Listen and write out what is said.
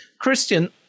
Christian